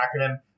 acronym